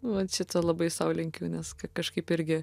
vat šito labai sau linkiu nes ka kažkaip irgi